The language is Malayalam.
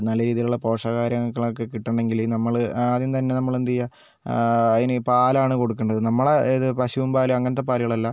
നല്ല രീതിയിലുള്ള പോഷകാഹാരങ്ങളൊക്കെ കിട്ടണമെങ്കിൽ നമ്മൾ ആദ്യം തന്നെ നമ്മൾ എന്തെയ്യാ അതിന് പാലാണ് കൊടുക്കേണ്ടത് നമ്മളെ ഇത് പഷുംപാല് അങ്ങനത്തെ പാലുകളല്ല